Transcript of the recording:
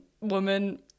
woman